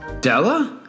Della